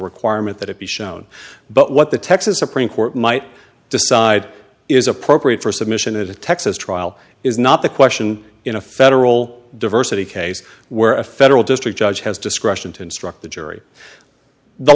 requirement that it be shown but what the texas supreme court might decide is appropriate for submission a texas trial is not the question in a federal diversity case where a federal district judge has discretion to instruct the jury the